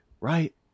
Right